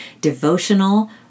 devotional